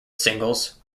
singles